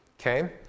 okay